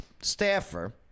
staffer